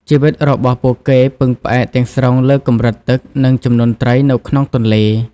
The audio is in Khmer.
ជីវិតរបស់ពួកគេពឹងផ្អែកទាំងស្រុងលើ កម្រិតទឹក និងចំនួនត្រីនៅក្នុងទន្លេ។